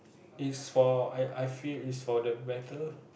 is for I I feel is for the better